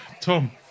Tom